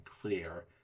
clear